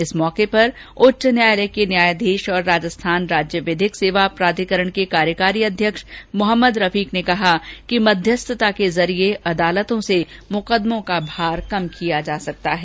इस अवसर पर उच्च न्यायालय के न्यायाधीश और राजस्थान राज्य विधिक सेवा प्राधिकरण के कार्यकारी अध्यक्ष मोहम्मद रफीक ने कहा कि मध्यस्थता के जरिये अदालतों से मुकदमों का भार कम किया जा सकता है